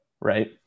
Right